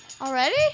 Already